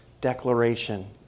declaration